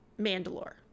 Mandalore